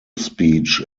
speech